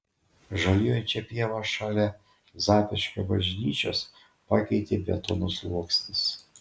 žaliuojančią pievą šalia zapyškio bažnyčios pakeitė betono sluoksnis